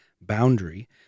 boundary